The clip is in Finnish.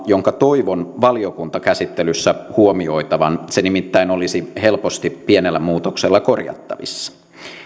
jonka toivon valiokuntakäsittelyssä huomioitavan se nimittäin olisi helposti pienellä muutoksella korjattavissa